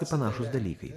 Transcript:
tai panašūs dalykai